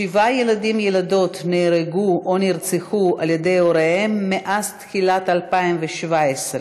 שבעה ילדים וילדות נרצחו בידי הוריהם מאז תחילת 2017,